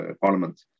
parliament